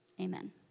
Amen